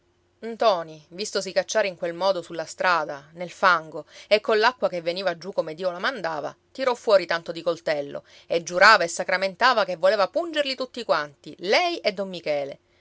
occhi ntoni vistosi cacciare in quel modo sulla strada nel fango e coll'acqua che veniva giù come dio la mandava tirò fuori tanto di coltello e giurava e sacramentava che voleva pungerli tutti quanti lei e don michele